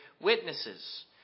witnesses